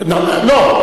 אף פעם לא טועה.